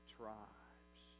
tribes